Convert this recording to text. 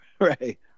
Right